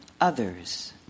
others